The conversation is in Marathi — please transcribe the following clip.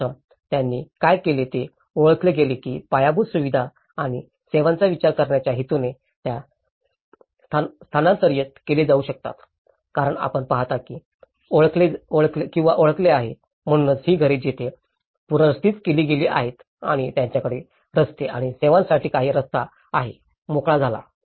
प्रथम त्यांनी काय केले ते ओळखले गेले की पायाभूत सुविधा आणि सेवांचा विचार करण्याच्या हेतूने त्या स्थानांतरित केले जाऊ शकतात कारण आपण पहात किंवा ओळखले आहे म्हणूनच ही घरे जिथे पुनर्स्थित केली गेली आहेत आणि त्यांच्याकडे रस्ते आणि सेवांसाठी काही रस्ता आहे मोकळा झाला